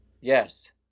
Yes